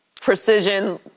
precision